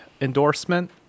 endorsement